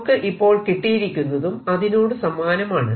നമുക്ക് ഇപ്പോൾ കിട്ടിയിരിക്കുന്നതും അതിനോട് സമാനമാണ്